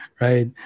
right